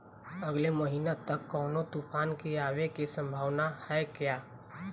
अगले महीना तक कौनो तूफान के आवे के संभावाना है क्या?